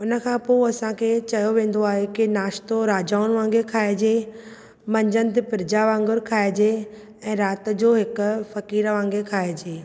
उन खां पो असां खे चयो वेंदो आहे कि नाश्तो राजाउनि वांगुरु खाइजे मंझनि प्रजा वांगुरु खाइजे ऐं रात जो हिक फ़क़ीर वांगुरु खाइजे